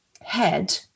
head